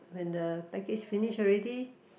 when the package finish already